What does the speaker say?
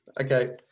Okay